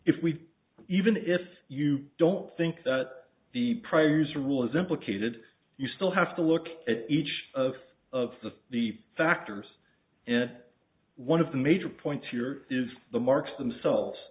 if we even if you don't think that the priors rule is implicated you still have to look at each of of the factors and one of the major points here is the marks themselves